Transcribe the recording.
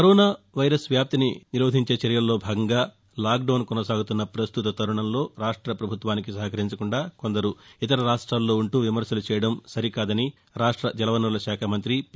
corona virus వ్యాప్తి నిరోధక చర్యల్లో భాగంగా లాక్డౌన్ కొనసాగుతున్న పస్తుత తరుణంలో రాష్ట ప్రభుత్వానికి సహకరించకుండా కొందరు ఇతర రాష్ట్లాలలో ఉంటూ విమర్చలు చేయడం సరికాదని రాష్ట జలవనరుల శాఖ మంత్రి పి